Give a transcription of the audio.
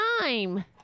time